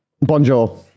Bonjour